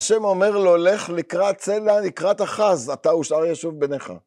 השם אומר לו, לך לקראת צלע, לקראת החז, אתה אושר ישוב ביניך.